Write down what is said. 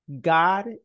God